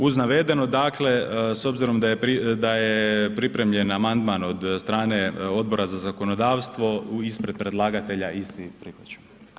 Uz navedeno dakle s obzirom da je pripremljen amandman od strane Odbora za zakonodavstvo ispred predlagatelja isti prihvaćam.